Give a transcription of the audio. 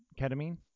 Ketamine